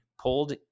pulled